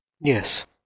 Yes